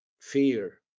fear